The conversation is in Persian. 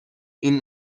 این